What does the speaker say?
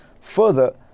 Further